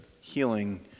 healing